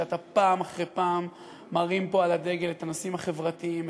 שפעם אחרי פעם מרים פה את הדגל של הנושאים החברתיים,